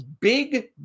big